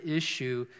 issue